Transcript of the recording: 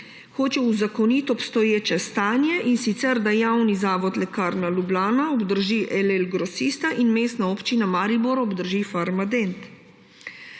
hočejo uzakoniti obstoječe stanje, in sicer da javni zavod Lekarna Ljubljana obdrži LL Grosista in Mestna občina Maribor obdrži Farmadent.